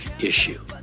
issue